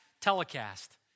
telecast